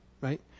right